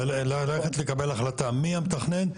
ללכת לקבל החלטה מי המתכנן,